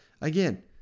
Again